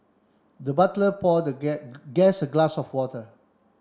the butler poured the guest a glass of water